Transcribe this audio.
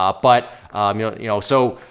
ah but um yeah you know, so.